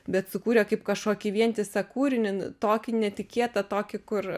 bet sukūrė kaip kažkokį vientisą kūrinį tokį netikėtą tokį kur